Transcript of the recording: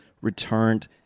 returned